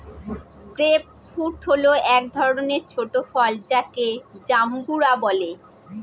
grape fruit হল এক ধরনের ছোট ফল যাকে জাম্বুরা বলে